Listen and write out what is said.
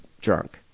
drunk